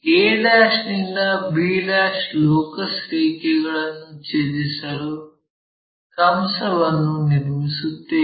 a ನಿಂದ b locus ರೇಖೆಗಳನ್ನು ಛೇದಿಸಲು ಕಂಸವನ್ನು ನಿರ್ಮಿಸುತ್ತೇವೆ